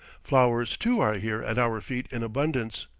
flowers, too, are here at our feet in abundance,